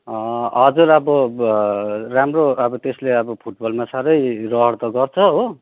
हजुर अब राम्रो अब त्यसले अब फुटबलमा साह्रै रहर त गर्छ हो